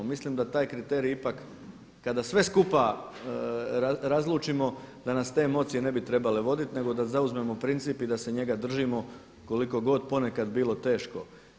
Mislim da taj kriterij ipak kada sve skupa razlučimo da nas te emocije ne bi trebale voditi nego da zauzmemo princip i da se njega držimo koliko god ponekad bilo teško.